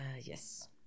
Yes